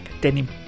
Denim